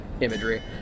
Imagery